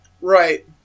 Right